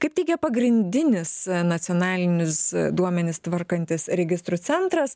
kaip teigia pagrindinis nacionalinis duomenis tvarkantis registrų centras